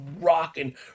rocking